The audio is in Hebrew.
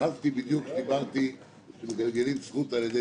אחזתי קודם בכך שמגלגלים זכות על ידי